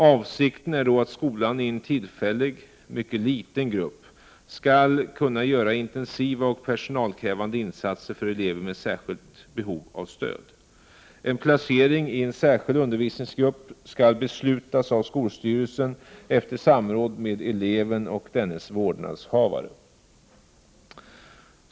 Avsikten är då att skolan i en tillfällig, mycket liten grupp, skall kunna göra intensiva och personalkrävande insatser för elever med särskilt behov av stöd. En placering i en särskild undervisningsgrupp skall beslutas av skolstyrelsen efter samråd med eleven och dennes vårdnadshavare.